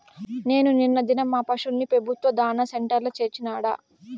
నేను నిన్న దినం మా పశుల్ని పెబుత్వ దాణా సెంటర్ల చేర్చినాడ